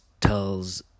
tells